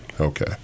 Okay